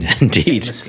Indeed